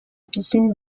piscine